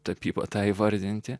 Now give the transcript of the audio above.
tapyba tai įvardinti